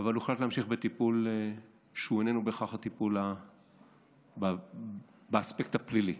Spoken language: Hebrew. אבל הוחלט להמשיך בטיפול שהוא איננו בהכרח טיפול באספקט הפלילי.